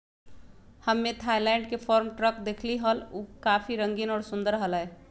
हम्मे थायलैंड के farm truck देखली हल, ऊ काफी रंगीन और सुंदर हलय